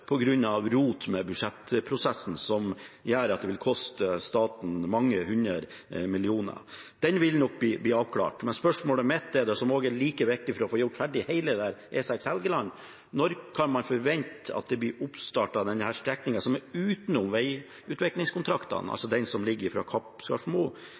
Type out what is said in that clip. rot med budsjettprosessen, som gjør at det vil koste staten mange hundre millioner. Det vil nok bli avklart. Men spørsmålet mitt gjelder noe som er viktig for å få gjort ferdig hele E6 Helgeland: Når kan man forvente at det blir oppstart av den strekningen som er utenom